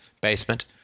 basement